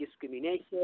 discrimination